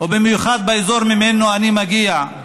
ובמיוחד באזור שממנו אני מגיע,